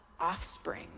offspring